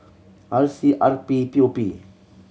R C R P P O P